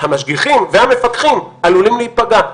המשגיחים והמפקחים עלולים להיפגע,